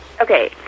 Okay